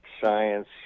Science